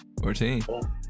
14